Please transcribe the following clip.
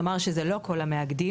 נאמר שזה לא כל המאגדים.